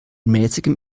mäßigem